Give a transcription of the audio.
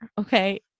Okay